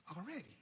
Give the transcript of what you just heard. already